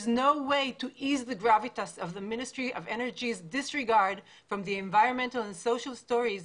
התעלמות משרד האנרגיה מהסיפורים ומהאירועים הסביבתיים